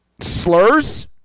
slurs